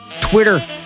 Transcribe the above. Twitter